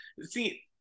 see